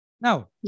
Now